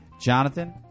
Jonathan